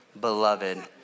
beloved